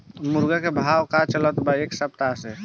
मुर्गा के भाव का चलत बा एक सप्ताह से?